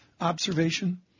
observation